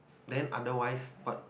then otherwise but